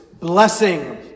Blessing